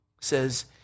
says